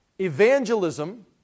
evangelism